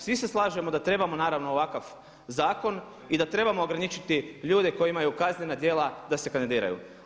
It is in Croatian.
Svi se slažemo da trebamo naravno ovakav zakon i da trebamo ograničiti ljude koji imaju kaznena djela da se kandidiraju.